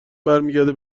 برمیگرده